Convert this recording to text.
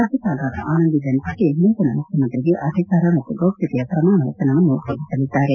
ರಾಜ್ಯಪಾಲರಾದ ಆನಂದಿ ಬೆನ್ ಪಟೇಲ್ ನೂತನ ಮುಖ್ಯಮಂತ್ರಿಗೆ ಅಧಿಕಾರ ಮತ್ತು ಗೌಪ್ಯತೆಯ ಪ್ರಮಾಣವಚನವನ್ನು ಬೋಧಿಸಲಿದ್ದಾರೆ